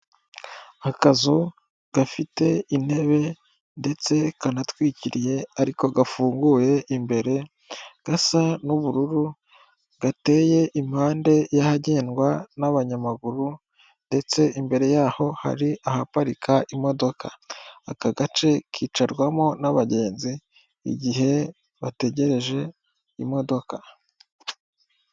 Akazu gafite intebe ndetse kanatwikiriye ariko gafunguye imbere gasa n'ubururu gateye impande y'ahagendwa n'abanyamaguru ndetse imbere y'aho hari ahaparika imodoka aka gace kicarwamo n'abagenzi igihe bategereje imodoka.